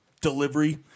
delivery